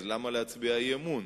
למה להצביע אי-אמון?